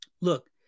Look